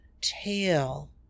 tail